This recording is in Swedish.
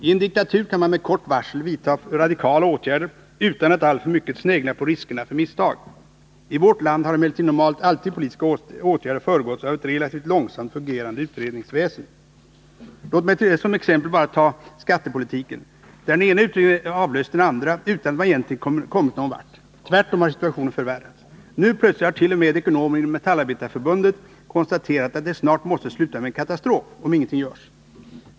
I en diktatur kan man med kort varsel vidta radikala åtgärder utan att alltför mycket snegla på riskerna för misstag. I vårt land har emellertid normalt alltid politiska åtgärder föregåtts av ett relativt långsamt fungerande utredningsväsen. Låt mig som exempel bara ta skattepolitiken, där den ena utredningen avlöser den andra utan att man egentligen kommit någon vart. Tvärtom har situationen förvärrats. Nu plötsligt har t.o.m. ekonomer inom Metallindustriarbetareförbundet konstaterat att det snart måste sluta med en katastrof, om ingenting görs.